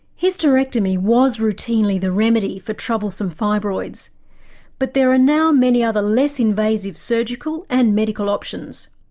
hysterectomy was routinely the remedy for troublesome fibroids but there are now many other less invasive surgical and medical options.